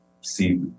see